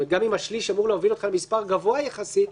אבל גם אם השליש אמור להוביל למספר גבוה יחסית,